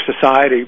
society